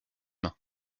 main